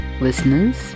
listeners